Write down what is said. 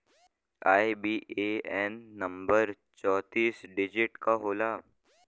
IBAN number चौतीस digit क होला